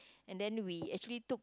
and then we actually took